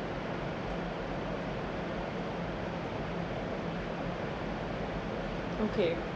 okay